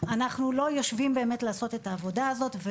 אנחנו לא יושבים באמת לעשות את העבודה הזאת.